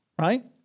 right